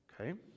okay